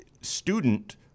student